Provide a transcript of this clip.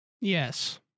Yes